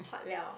huat liao